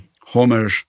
Homer